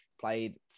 played